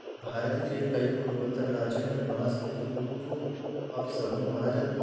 भारत के कई पूर्वोत्तर राज्यों में बांस के फूल को अपशगुन माना जाता है